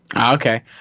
Okay